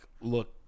look